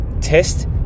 test